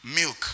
Milk